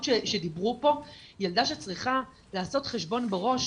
שדיברו פה - ילדה שצריכה לעשות חשבון בראש,